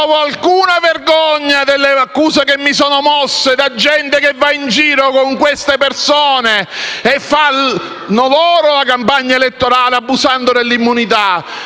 provo alcuna vergogna per le accuse che mi vengono mosse da gente che va in giro con queste persone e fa campagna elettorale abusando dell'immunità